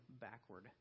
backward